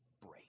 break